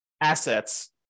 assets